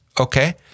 Okay